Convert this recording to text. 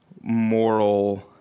moral